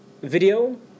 Video